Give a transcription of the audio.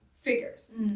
figures